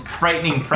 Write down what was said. frightening